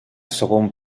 segon